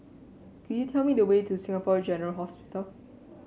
could you tell me the way to Singapore General Hospital